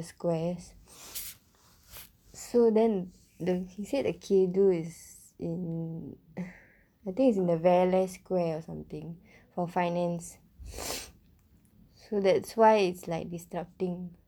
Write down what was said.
squares so then he said the Ketu is in I think it's in the velai square or something for finance so that's why it's like disrupting